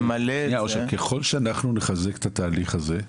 ככל שאנחנו נחזק את התהליך הזה,